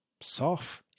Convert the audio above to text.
soft